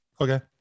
okay